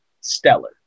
stellar